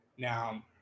Now